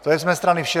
To je z mé strany vše.